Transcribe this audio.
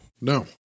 No